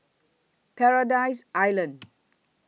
Paradise Island